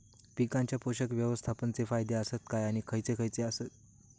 पीकांच्या पोषक व्यवस्थापन चे फायदे आसत काय आणि खैयचे खैयचे आसत?